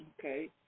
Okay